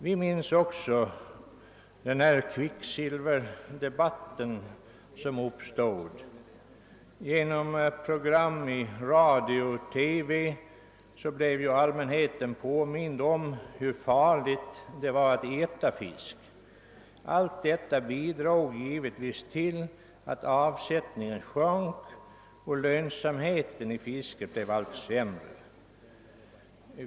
Något som också medverkade härtill var kvicksilverdebatten. Genom Pprogram i radio och TV blev ju allmänheten påmind om riskerna i samband med viss fiskkonsumtion. Alit detta bidrog givetvis till att av sättningen sjönk, och fiskets lönsamhet blev allt sämre.